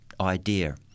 idea